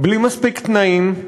בלי מספיק תנאים,